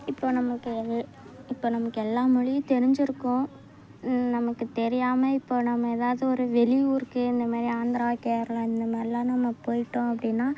இப்போது நமக்கு எது இப்போது நமக்கு எல்லா மொழியும் தெரிஞ்சிருக்கும் நமக்குத் தெரியாமல் இப்போது நம்ம ஏதாவது ஒரு வெளியூருக்கு இந்தமாதிரி ஆந்திரா கேரளா இந்தமாதிரிலாம் நம்ம போயிட்டோம் அப்படின்னா